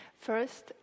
First